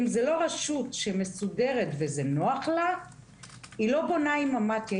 אם זאת לא רשות מסודרת וזה נוח לה היא לא בונה עם מתי"א.